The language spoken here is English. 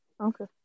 Okay